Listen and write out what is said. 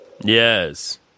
Yes